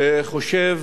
חושב